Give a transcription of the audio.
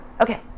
Okay